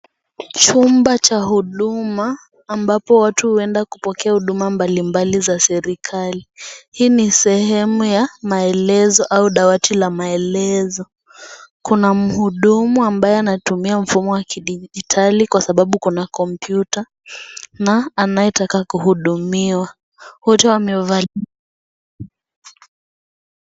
Chumba cha huduma ambapo watu huenda kupokea huduma mbalimbali za serikali , hii ni sehemu ya maelezo au dawati la maelezo. Kuna mhudumu ambaye anatumia mfumo wa kidijitali kwa sababu kuna kompyuta na anayetaka kuhudumiwa wote wamevalia.